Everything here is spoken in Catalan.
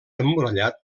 emmurallat